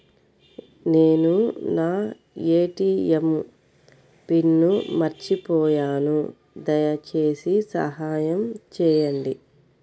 నేను నా ATM pin మర్చిపోయాను దయచేసి సహాయం చేయండి